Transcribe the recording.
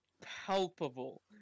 palpable